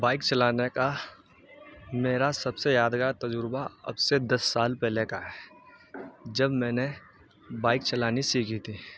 bike چلانے کا میرا سب سے یادگار تجربہ اب سے دس سال پہلے کا ہے جب میں نے بائک چلانی سیکھی تھی